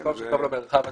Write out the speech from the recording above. במקום שקיים במרחב הציבורי.